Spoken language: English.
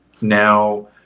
now